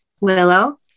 Willow